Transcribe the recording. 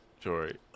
Jory